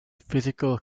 physical